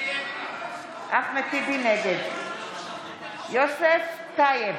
נגד יוסף טייב,